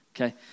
Okay